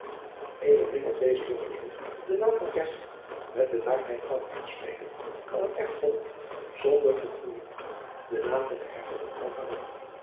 min als deze jongeling den naam van gesler met bedaardheid kan uitspreken kan een echt hollander zonder verfoeijing den naam van den hertog van